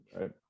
right